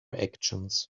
actions